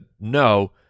no